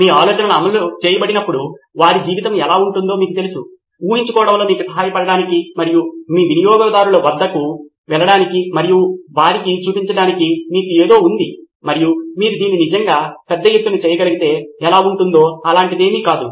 మీ ఆలోచన అమలు చేయబడినప్పుడు వారి జీవితం ఎలా ఉంటుందో మీకు తెలుసు ఊహించుకోవడంలో మీకు సహాయపడటానికి మరియు మీ వినియోగదారుల వద్దకు తీసుకెళ్ళడానికి మరియు వారికి చూపించడానికి మీకు ఏదో ఉంది మరియు మీరు దీన్ని నిజంగా పెద్ద ఎత్తున చేయగలిగితే ఎలా ఉంటుందో అలాంటిదేమీ కాదు